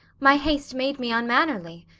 my hast made me vnmannerly.